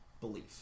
belief